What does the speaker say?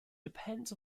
depends